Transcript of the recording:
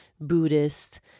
Buddhist